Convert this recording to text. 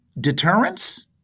deterrence